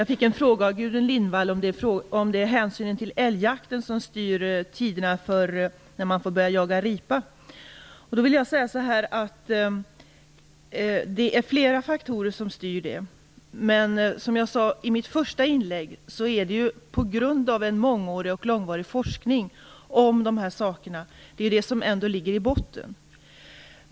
Fru talman! Gudrun Lindvall frågade mig om det är hänsynen till älgjakten som styr de tider då man får börja jaga ripa. Det är flera faktorer som styr det, men som jag sade i mitt första inlägg är det ju mångårig forskning om dessa saker som ligger i botten.